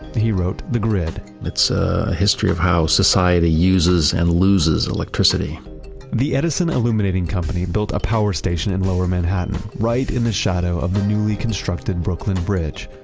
he wrote the grid it's a history of how society uses and loses electricity the edison illuminating company built a power station in lower manhattan, right in the shadow of the newly constructed brooklyn bridge.